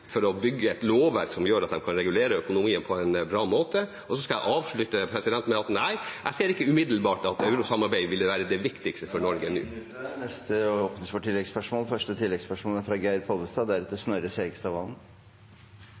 bygge et lovverk som gjør at de kan regulere økonomien på en bra måte. Og så skal jeg avslutte med å si at nei, jeg ser ikke umiddelbart at eurosamarbeidet ville være det viktigste… Tiden er ute. Det åpnes for oppfølgingsspørsmål – først Geir Pollestad.